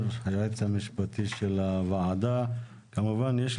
השוט שהוועדה קבעה עבד אבל עבד לא טוב במובן הזה שהמפרטים שנכתבו כנראה,